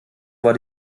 war